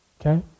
Okay